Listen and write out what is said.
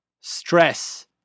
Stress